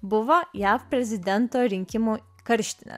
buvo jav prezidento rinkimų karštinė